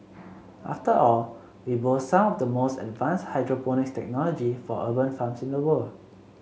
after all we boast some of the most advanced hydroponics technology for urban farms in the world